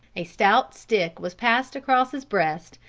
a stout stick was passed across his breast,